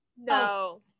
no